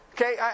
Okay